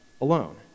alone